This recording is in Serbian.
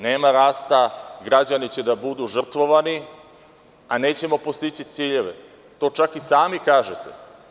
Nema rasta, građani će da budu žrtvovani, a nećemo postići ciljeve, to čak i sami kažete.